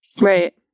Right